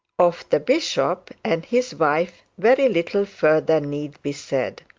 of the bishop and his wife very little further need be said.